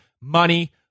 Money